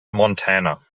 montana